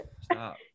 stop